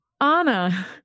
Anna